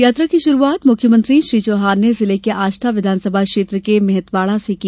यात्रा की शुरुआत मुख्यमंत्री श्री चौहान ने जिले के आष्टा विधानसभा क्षेत्र के मेहतवाड़ा से की